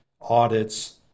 audits